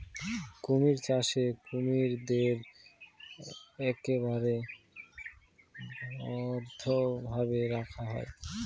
কুমির চাষে কুমিরদের একেবারে বদ্ধ ভাবে রাখা হয়